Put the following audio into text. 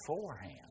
beforehand